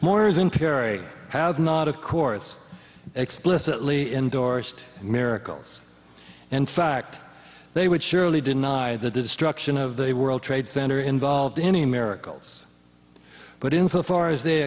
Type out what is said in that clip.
more is in kerry have not of course explicitly endorsed miracles in fact they would surely deny the destruction of the world trade center involved in any miracles but in so far as they